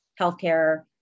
healthcare